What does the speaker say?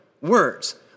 words